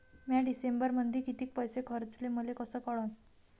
म्या डिसेंबरमध्ये कितीक पैसे खर्चले मले कस कळन?